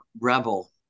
rebel